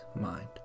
mind